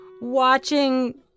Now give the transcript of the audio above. watching